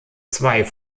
zwei